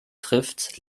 trifft